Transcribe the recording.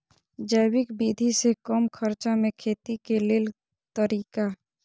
जैविक विधि से कम खर्चा में खेती के लेल तरीका?